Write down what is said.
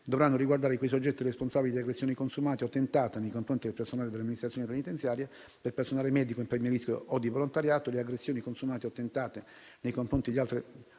dovranno riguardare quei soggetti responsabili di aggressioni consumate o tentate nei confronti del personale dell'amministrazione penitenziaria, del personale medico o infermieristico o di volontariato; le aggressioni consumate o tentate nei confronti di altri detenuti;